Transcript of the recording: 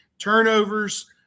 Turnovers